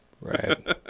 right